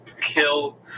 kill